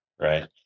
right